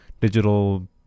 digital